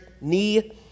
knee